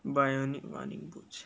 bionic running boots